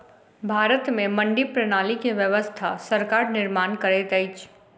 भारत में मंडी प्रणाली के व्यवस्था सरकार निर्माण करैत अछि